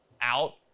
out